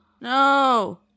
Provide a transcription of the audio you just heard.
No